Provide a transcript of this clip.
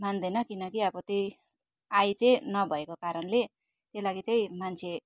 मान्दैन किनकि अब त्यही आय चाहिँ नभएको कारणले त्यो लागि चाहिँ मान्छे